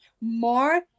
more